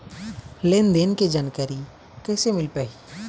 लेन देन के जानकारी कैसे मिल पाही?